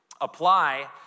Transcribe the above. apply